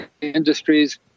industries